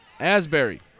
Asbury